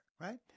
right